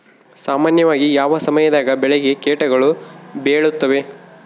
ಸಾಮಾನ್ಯವಾಗಿ ಯಾವ ಸಮಯದಾಗ ಬೆಳೆಗೆ ಕೇಟಗಳು ಬೇಳುತ್ತವೆ?